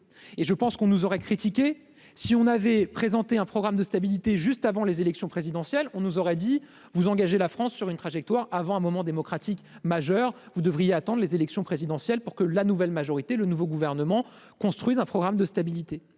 et je pense qu'on nous aurait critiqué si on avait présenté un programme de stabilité juste avant les élections présidentielles, on nous aurait dit vous engager la France sur une trajectoire avant un moment démocratique majeur, vous devriez attendent les élections présidentielles pour que la nouvelle majorité, le nouveau gouvernement construisent un programme de stabilité